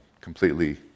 Completely